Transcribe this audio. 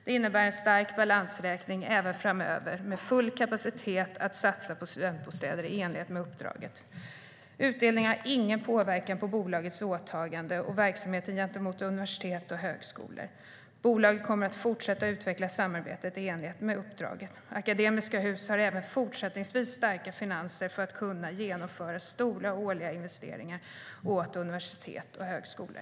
Det innebär en stark balansräkning även framöver med full kapacitet att satsa på studentbostäder i enlighet med uppdraget. Utdelningen har ingen påverkan på bolagets åtagande och verksamhet gentemot universitet och högskolor. Bolaget kommer att fortsätta utveckla samarbetet i enlighet med uppdraget. Akademiska Hus har även fortsättningsvis starka finanser för att kunna genomföra stora årliga investeringar åt universitet och högskolor.